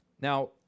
Now